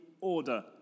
order